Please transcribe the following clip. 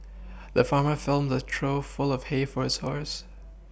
the farmer filled a trough full of hay for his horse